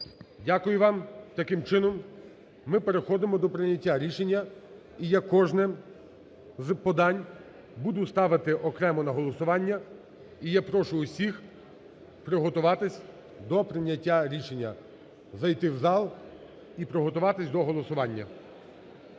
Дякую вам. Таким чином, ми переходимо до прийняття рішення. І я кожне з подань буду ставити окремо на голосування. І я прошу усіх приготуватися до прийняття рішення, зайти в зал і приготуватися до голосування.